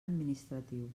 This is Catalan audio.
administratiu